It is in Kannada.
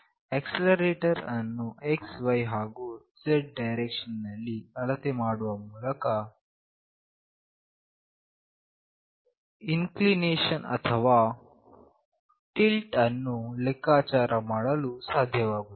ಆಕ್ಸೆಲರೇಷನ್ ಅನ್ನು xy ಹಾಗು z ನ ಡೈರೆಕ್ಷನ್ ನಲ್ಲಿ ಅಳತೆ ಮಾಡುವ ಮೂಲಕ ಇನ್ಕ್ಲಿನೇಷನ್ ಅಥವಾ ಟಿಲ್ಟ್ ಅನ್ನು ಲೆಕ್ಕಾಚಾರ ಮಾಡಲು ಸಾಧ್ಯವಾಗುತ್ತದೆ